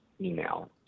email